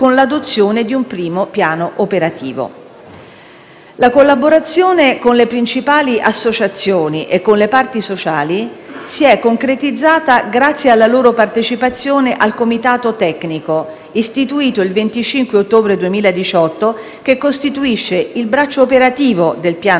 La collaborazione con le principali associazioni e con le parti sociali si è concretizzata grazie alla loro partecipazione al comitato tecnico istituito il 25 ottobre 2018 che costituisce il braccio operativo del piano strategico nazionale contro la violenza degli uomini